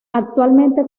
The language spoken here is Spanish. actualmente